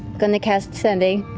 going to cast sending.